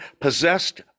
possessed